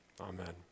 Amen